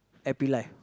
happy life